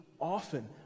often